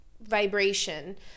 vibration